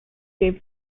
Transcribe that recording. gave